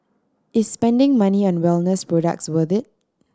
is spending money on wellness products worth it